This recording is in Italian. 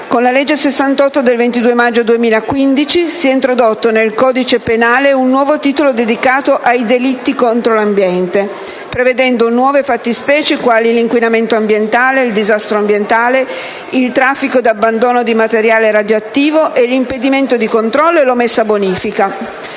con la legge 22 maggio 2015, n. 68, si è introdotto nel codice penale un nuovo titolo dedicato ai «Delitti contro l'ambiente» prevedendo nuove fattispecie quali l'inquinamento ambientale, il disastro ambientale, il traffico ed abbandono di materiale radioattivo, l'impedimento di controllo e l'omessa bonifica.